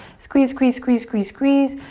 squeeze, squeeze, squeeze, squeeze, squeeze.